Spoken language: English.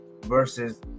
versus